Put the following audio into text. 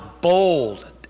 bold